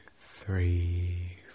three